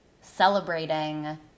celebrating